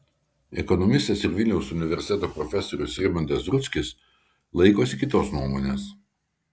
ekonomistas ir vilniaus universiteto profesorius rimantas rudzkis laikosi kitos nuomonės